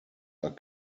are